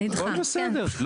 הכול בסדר.